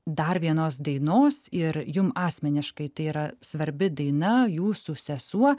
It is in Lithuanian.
dar vienos dainos ir jum asmeniškai tai yra svarbi daina jūsų sesuo